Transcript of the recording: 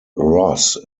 ross